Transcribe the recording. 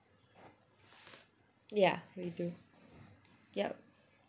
ya we do yup